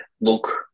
look